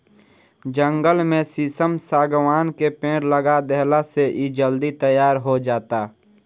जंगल में शीशम, शागवान के पेड़ लगा देहला से इ जल्दी तईयार हो जाता